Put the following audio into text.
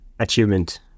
Achievement